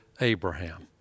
Abraham